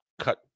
cut